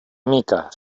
mica